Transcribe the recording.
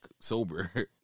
sober